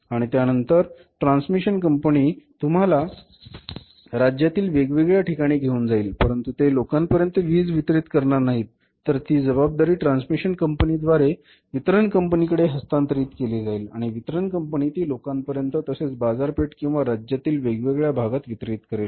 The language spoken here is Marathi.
आणि त्यानंतर ट्रान्समिशन कंपनी तुम्हाला राज्यातील वेगवेगळ्या ठिकाणी घेऊन जाईल परंतु ते लोकांपर्यंत वीज वितरित करणार नाहीत तर ती जबाबदारी ट्रान्समिशन कंपनीद्वारे वितरण कंपनीकडे हस्तांतरित केली जाईल आणि वितरण कंपनी ती लोकांपर्यंत तसेच बाजारपेठ किंवा राज्यातील वेगवेगळ्या भागात वितरीत करेल